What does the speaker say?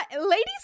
Ladies